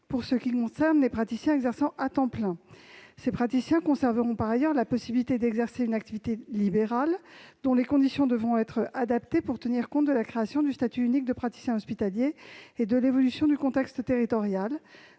pour ce qui concerne ceux dont l'exercice est à temps plein. Ces professionnels conserveront par ailleurs la possibilité d'exercer une activité libérale, dont les conditions devront être adaptées pour tenir compte de la création du statut unique de praticien hospitalier et de l'évolution du contexte territorial,